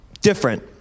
different